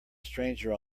stranger